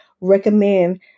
recommend